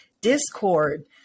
Discord